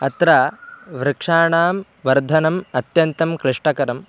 अत्र वृक्षाणां वर्धनम् अत्यन्तं क्लिष्टकरम्